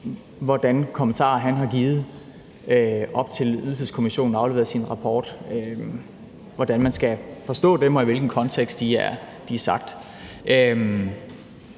de kommentarer, han har givet, op til at Ydelseskommissionen afleverer sin rapport, og i hvilken kontekst de er sagt.